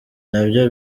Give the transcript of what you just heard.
nabyo